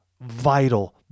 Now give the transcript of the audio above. vital